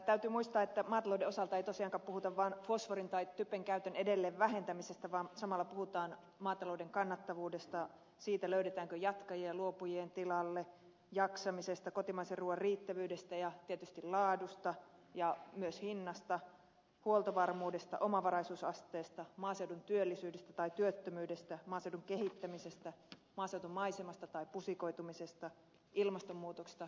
täytyy muistaa että maatalouden osalta ei tosiaankaan puhuta vaan fosforin tai typen käytön edelleen vähentämisestä vaan samalla puhutaan maatalouden kannattavuudesta siitä löydetäänkö jatkajia luopujien tilalle jaksamisesta kotimaisen ruuan riittävyydestä ja tietysti laadusta ja myös hinnasta huoltovarmuudesta omavaraisuusasteesta maaseudun työllisyydestä tai työttömyydestä maaseudun kehittämisestä maaseutumaisemasta tai pusikoitumisesta ilmastonmuutoksesta biopolttoaineista ja niin edelleen